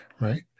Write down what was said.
right